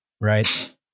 right